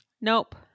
Nope